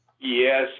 Yes